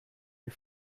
you